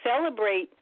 celebrate